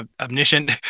omniscient